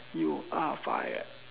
you are fired